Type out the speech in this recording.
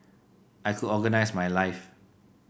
I could organise my life